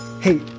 Hey